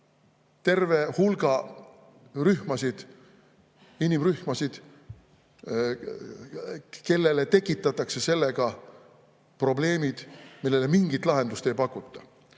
terve hulga rühmasid, inimrühmasid, kellele tekitatakse sellega probleemid, millele mingit lahendust ei pakuta. Kuna